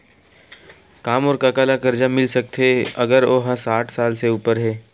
का मोर कका ला कर्जा मिल सकथे अगर ओ हा साठ साल से उपर हे?